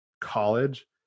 college